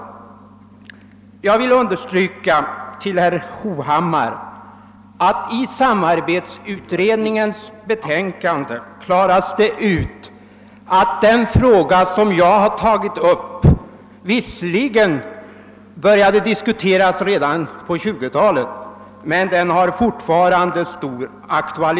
Sedan vill jag säga till herr Hovhammar att samarbetsutredningen i sitt betänkande Företag och Samhälle har klarat ut att den fråga som jag har tagit upp visserligen började diskuteras redan på 1920-talet men att den fortfarande har stor aktualitet.